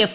F